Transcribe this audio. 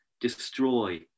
destroy